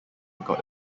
got